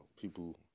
People